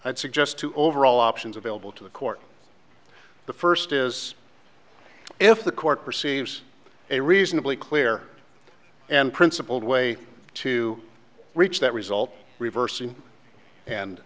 would suggest to over all options available to the court the first is if the court perceives a reasonably clear and principled way to reach that result reversing and